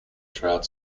trout